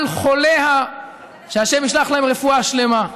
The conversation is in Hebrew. על חוליה, שהשם ישלח להם רפואה שלמה.